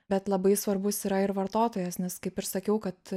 bet labai svarbus yra ir vartotojas nes kaip ir sakiau kad